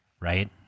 right